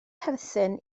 perthyn